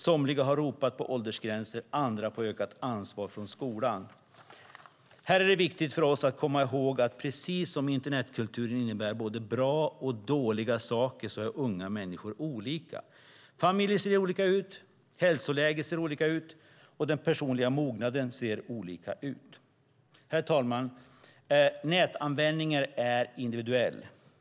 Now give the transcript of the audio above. Somliga har ropat på åldersgränser, andra på ett ökat ansvar från skolan. Här är det viktigt för oss att komma ihåg att precis som internetkulturen innebär både bra och dåliga saker är unga människor olika. Familjer ser olika ut, hälsoläget ser olika ut och den personliga mognaden ser olika ut. Herr talman! Nätanvändningen är individuell.